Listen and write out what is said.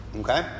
Okay